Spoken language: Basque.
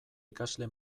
ikasle